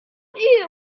idiot